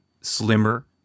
slimmer